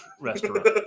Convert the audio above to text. restaurant